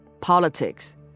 politics